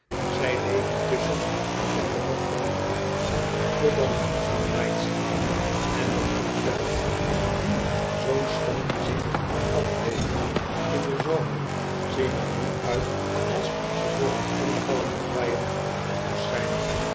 zij leven tusschen en op de hopvelde stad dullborough den totdat die afgemaaid zijn en de hopvelden die zoo'n schoon gezicht opleveren in den zomer zien er nu uit alsof ze door een invallenden vijand verwoest zijn